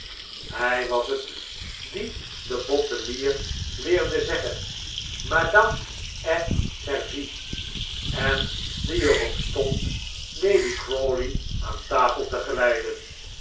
hij was het die den bottelier leerde zeggen madame est servie en die er op stond lady crawley aan tafel te geleiden